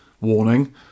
Warning